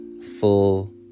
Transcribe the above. full